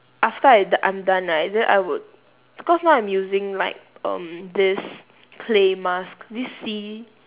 after I d~ I'm done right then I would because now I'm using like um this clay mask this sea